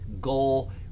goal